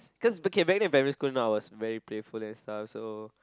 cause okay back then in primary school now I was very playful and stuff so